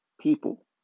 people